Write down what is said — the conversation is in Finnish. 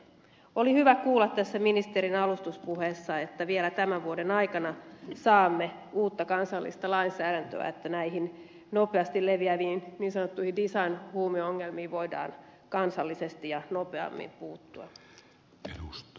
oli hyvä kuulla ministerin alustuspuheessa että vielä tämän vuoden aikana saamme uutta kansallista lainsäädäntöä että näihin nopeasti leviäviin niin sanottuihin design huumeongelmiin voidaan kansallisesti ja nopeammin puuttua